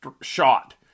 shot